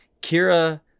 Kira